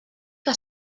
que